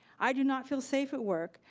i do not feel safe at work.